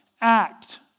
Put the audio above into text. act